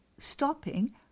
stopping